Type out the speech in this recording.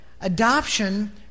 adoption